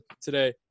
today